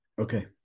okay